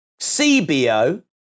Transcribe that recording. CBO